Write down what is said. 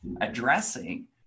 addressing